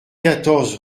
quatorze